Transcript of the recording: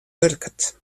wurket